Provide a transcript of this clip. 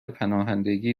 پناهندگی